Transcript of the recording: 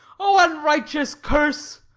o unrighteous curse!